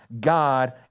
God